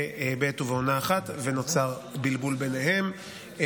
בעת ובעונה אחת, ונוצר בלבול ביניהן.